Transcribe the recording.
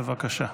בבקשה.